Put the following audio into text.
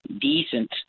decent